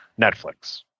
Netflix